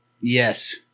Yes